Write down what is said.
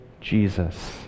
Jesus